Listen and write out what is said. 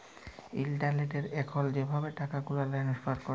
ইলটারলেটে এখল যেভাবে টাকাগুলা টেলেস্ফার ক্যরে